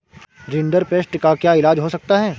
rinderpest का क्या इलाज हो सकता है